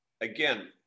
Again